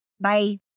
Bye